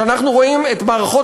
כשאנחנו רואים את מערכות